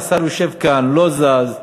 השר יושב כאן, לא זז.